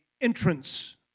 entrance